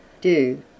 Do